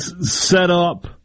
set-up